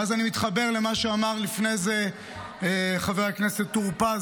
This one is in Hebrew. ואז אני מתחבר למה שאמר לפני זה חבר הכנסת טור פז.